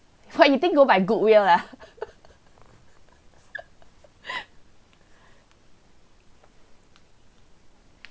what you think go by goodwill ah